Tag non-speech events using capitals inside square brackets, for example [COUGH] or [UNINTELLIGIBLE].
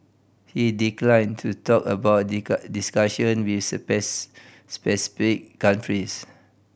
he declined to talk about [UNINTELLIGIBLE] discussion with [UNINTELLIGIBLE] specific countries